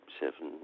seven